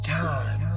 time